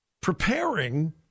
preparing